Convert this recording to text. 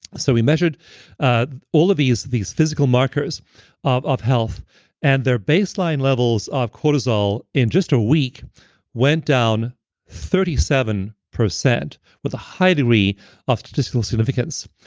so we measured ah all of these these physical markers of of health and their baseline levels of cortisol in just a week went down thirty seven percent with a high degree of statistical significance.